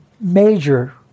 major